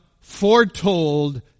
foretold